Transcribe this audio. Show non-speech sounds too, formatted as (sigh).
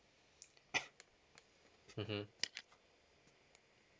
(coughs) mmhmm